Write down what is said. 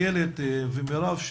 איילת ומרב,